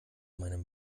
meinem